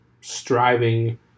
striving